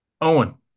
Owen